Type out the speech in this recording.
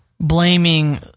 blaming